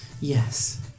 Yes